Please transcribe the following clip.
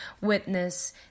witness